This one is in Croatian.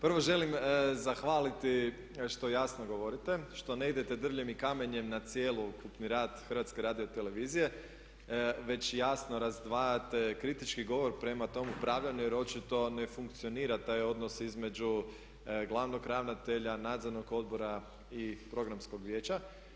Prvo želim zahvaliti što jasno govorite, što ne idete drvljem i kamenjem na cjelokupni rad HRT-a već jasno razdvajate kritički govor prema tom upravljanju jer očito ne funkcionira taj odnos između glavnog ravnatelja, nadzornog odbora i programskog vijeća.